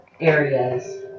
areas